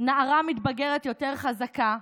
נערה מתבגרת יותר חזקה,